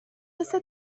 مثل